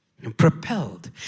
Propelled